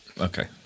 Okay